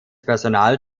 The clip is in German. personal